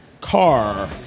Car